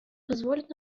позволит